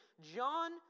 John